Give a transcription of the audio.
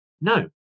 no